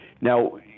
Now